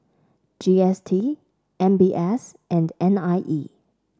G S T M B S and N I E